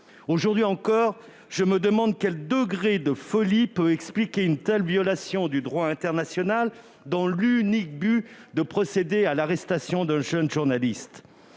Aujourd'hui encore, je me demande quel degré de folie peut expliquer une telle violation du droit international, dans l'unique but de procéder à l'arrestation d'un jeune journaliste.